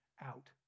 out